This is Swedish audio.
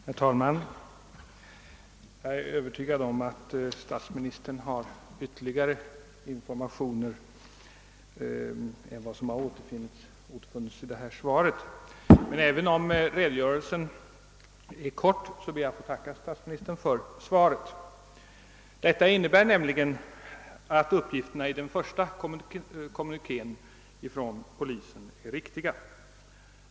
Herr talman! Jag är övertygad om att statsministern har ytterligare informationer utöver vad som återfinnes i detta svar. Men även om redogörelsen är kort, ber jag att få tacka statsministern för svaret. Detta innebär nämligen att uppgifterna i den första kommunikén från polisen är riktiga.